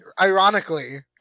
ironically